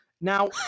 Now